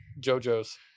Jojo's